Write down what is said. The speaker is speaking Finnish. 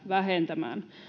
vähentämään